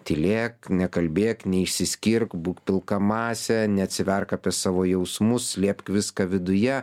tylėk nekalbėk neišsiskirk būk pilka masė neatsiverk apie savo jausmus slėpk viską viduje